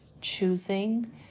choosing